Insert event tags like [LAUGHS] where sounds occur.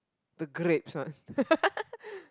the grapes one [LAUGHS]